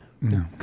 no